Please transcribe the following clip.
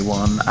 one